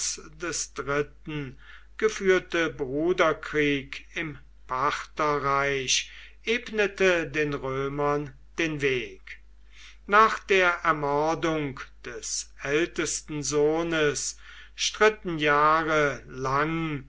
des königs artabanos iii geführte bruderkrieg im partherreich ebnete den römern den weg nach der ermordung des ältesten sohnes stritten jahre lang